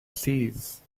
cease